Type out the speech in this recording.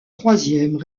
troisièmes